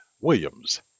Williams